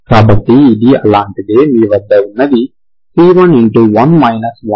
కాబట్టి ఇది అలాంటిదే మీ వద్ద ఉన్నది c10 అని చూడండి